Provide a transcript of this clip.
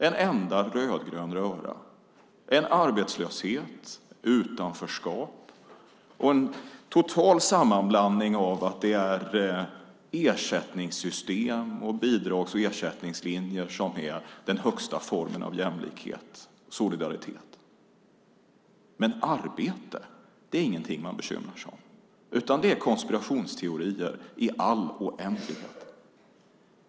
En enda rödgrön röra med arbetslöshet, utanförskap och en total sammanblandning av att det är ersättningssystem och bidrags och ersättningslinjer som är den högsta formen av jämlikhet och solidaritet. Men arbete är inget man bekymrar sig om, utan det är konspirationsteorier i all oändlighet.